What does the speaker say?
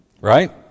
Right